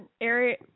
area